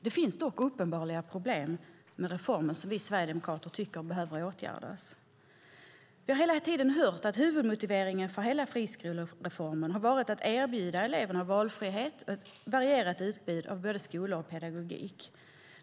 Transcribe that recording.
Det finns dock uppenbara problem med reformen som vi Sverigedemokrater tycker behöver åtgärdas. Vi har hela tiden hört att huvudmotiveringen för hela friskolereformen har varit att erbjuda eleverna valfrihet och ett varierat utbud av skolor och pedagogik.